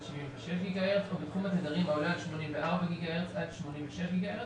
76 ג'יגה-הרץ או בתחום התדרים העולה על 84 ג'יגה-הרץ עד 86 ג'יגה-הרץ.